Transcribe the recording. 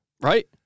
Right